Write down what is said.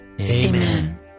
Amen